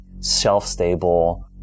self-stable